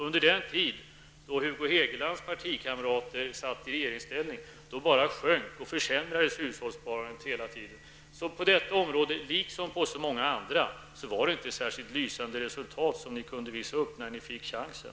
Under den tid då Hugo Hegelands partikamrater satt i regeringsställning sjönk hushållssparandet hela tiden. På detta liksom på så många andra områden var det inte några särskilt lysande resultat ni kunde visa upp när ni fick chansen.